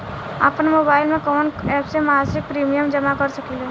आपनमोबाइल में कवन एप से मासिक प्रिमियम जमा कर सकिले?